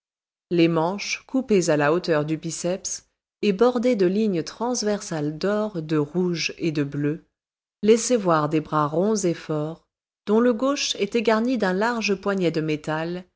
les manches coupées à la hauteur du biceps et bordées de lignes transversales d'or de rouge et de bleu laissaient voir des bras ronds et forts dont le gauche était garni d'un large poignet de métal